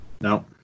No